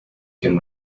can